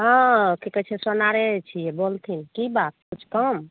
हँ की कहै छै सोनारे छियै बोलथिन की बात किछु काम